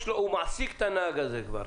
הוא כבר מעסיק את הנהג הזה,